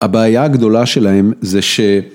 ‫הבעיה הגדולה שלהם זה ש...